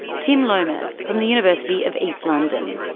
tim lomas from the university of east london.